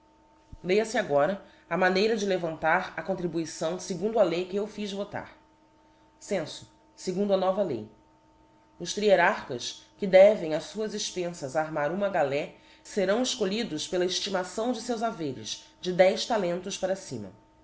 lca fe agora a maneira de levantar a contribuição fegundo a lei que eu fiz votar censo segundo a nova lei ios trierarchas que devem a fuás expenfas armar uma galé ferão efcolhidos pela eftimação de feus haveres de dez talentos para cima